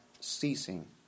ceasing